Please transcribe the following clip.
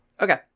Okay